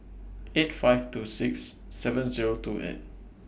eight five two six seven Zero two eight